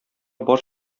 бар